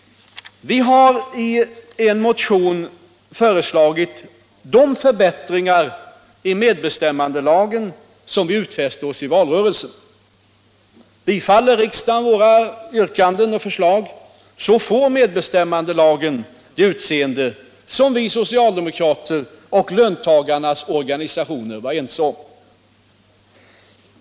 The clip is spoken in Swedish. Vi har i en motion föreslagit de förbättringar i medbestämmandelagen som vi utfäste i valrörelsen. Bifaller riksdagen våra yrkanden och förslag debatt Allmänpolitisk debatt får medbestämmandelagen det utseende som vi socialdemokrater och löntagarnas organisationer var ense om.